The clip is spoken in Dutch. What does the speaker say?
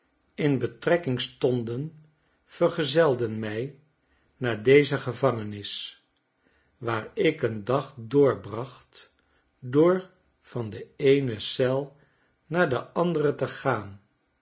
in betrekking stonden vergezelden my naar deze gevangenis waar ik een dag doorbracht door van de eene eel naar de andere te gaan